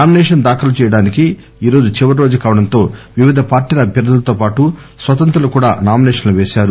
nomination దాఖల చేయడానికి ఈ రోజు చివరి రోజు కావడంతో వివిధ పార్టీల అభ్యర్దులతో పాటు స్వతంత్రులు కూడా నామినేషన్లు పేశారు